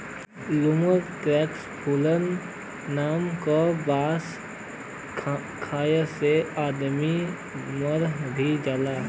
lemur taxiphyllin नाम क बांस खाये से आदमी मर भी जाला